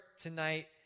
tonight